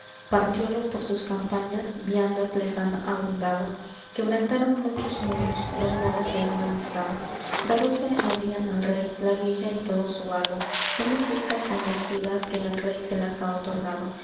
dado partiólo por sus campañas viandas les han abondado quebrantaron muchos muros los moros se han amistado dádose habían al rey la villa y todo su algo sólo fincan con las vidas que el rey se las ha otorgado